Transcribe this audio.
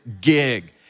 gig